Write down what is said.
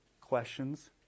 questions